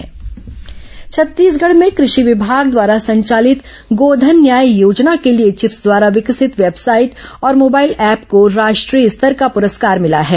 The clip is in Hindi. गोधन न्याय योजना परस्कार छत्तीसगढ़ में कृषि विभाग द्वारा संचालित गोधन न्याय योजना के लिए चिप्स द्वारा विकसित वेबसाइट और मोबाइल ऐप को राष्ट्रीय स्तर का पुरस्कार मिला है